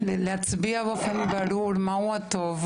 להצביע באופן ברור מהו הטוב.